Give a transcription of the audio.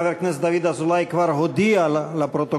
חבר הכנסת דוד אזולאי כבר הודיע לפרוטוקול